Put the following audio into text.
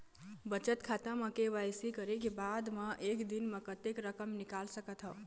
बचत खाता म के.वाई.सी करे के बाद म एक दिन म कतेक रकम निकाल सकत हव?